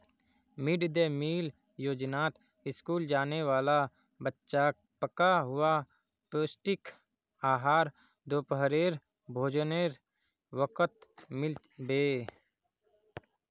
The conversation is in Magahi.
मिड दे मील योजनात स्कूल जाने वाला बच्चाक पका हुआ पौष्टिक आहार दोपहरेर भोजनेर वक़्तत मिल बे